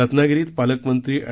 रत्नागिरीत पालकमंत्री एड